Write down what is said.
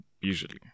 usually